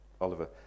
Oliver